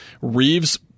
Reeves